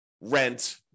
rent